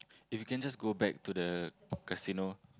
if you can just go back to the casino